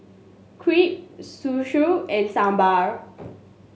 Crepe Zosui and Sambar